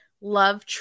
love